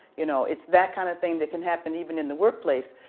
you know. it's that kind of thing that can happen even in the workplace.